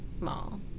mall